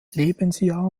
lebensjahr